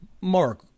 Mark